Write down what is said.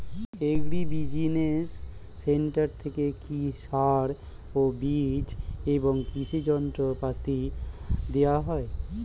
Agri business centre থেকে কি সার ও বিজ এবং কৃষি যন্ত্র পাতি দেওয়া হয়?